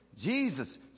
Jesus